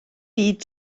byd